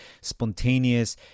spontaneous